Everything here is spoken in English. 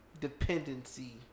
dependency